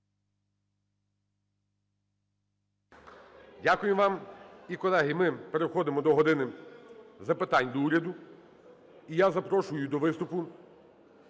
Дякую вам. І, колеги, ми переходимо до "години запитань до Уряду". І я запрошую до виступу